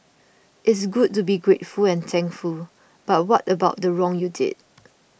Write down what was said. it's good to be grateful and thankful but what about the wrong you did